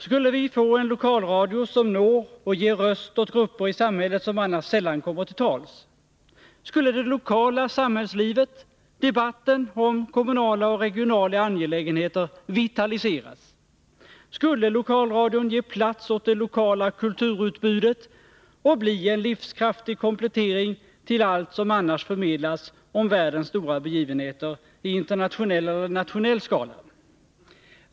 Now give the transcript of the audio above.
Skulle vi få en lokalradio som når och ger röst åt grupper i samhället som vision. Mm; mi annars sällan kommer till tals? Skulle det lokala samhällslivet, debatten om kommunala och regionala angelägenheter, vitaliseras? Skulle lokalradion ge plats åt det lokala kulturutbudet och bli en livskraftig komplettering till allt som annars förmedlas om världens stora begivenheter i internationell eller nationell skala?